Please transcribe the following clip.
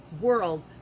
world